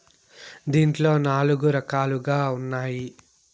దీంట్లో నాలుగు రకాలుగా ఉన్నాయి